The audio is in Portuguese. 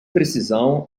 precisão